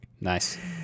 Nice